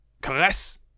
Caress